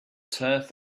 turf